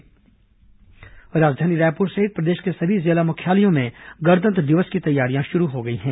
गणतंत्र दिवस कार्यक्रम राजधानी रायपुर सहित प्रदेश के सभी जिला मुख्यालयों में गणतंत्र दिवस की तैयारियां शुरू हो गई हैं